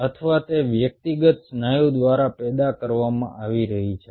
અથવા જે વ્યક્તિગત સ્નાયુ દ્વારા પેદા કરવામાં આવી રહી છે